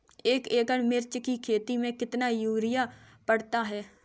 एक एकड़ मिर्च की खेती में कितना यूरिया पड़ता है?